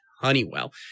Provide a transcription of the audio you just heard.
Honeywell